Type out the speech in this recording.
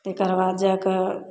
तकर बाद जाके